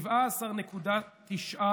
17.9%,